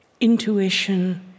intuition